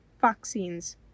vaccines